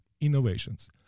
Innovations